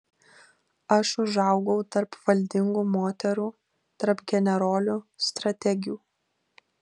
aš užaugau tarp valdingų moterų tarp generolių strategių